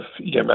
EMS